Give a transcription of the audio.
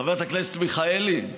חברת הכנסת מיכאלי,